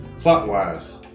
clockwise